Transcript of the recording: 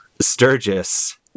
Sturgis